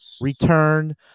return